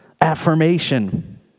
Affirmation